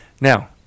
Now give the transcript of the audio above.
Now